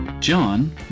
John